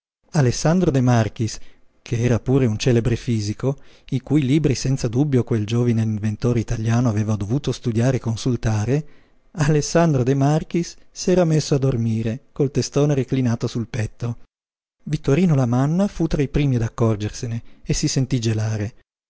alessandro de marchis che era pure un celebre fisico i cui libri senza dubbio quel giovine inventore italiano aveva dovuto studiare e consultare alessandro de marchis s'era messo a dormire col testone reclinato sul petto vittorino lamanna fu tra i primi ad accorgersene e si sentí gelare